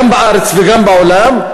גם בארץ וגם בעולם.